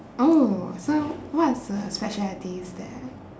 oh so what's the specialties there